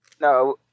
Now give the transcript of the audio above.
no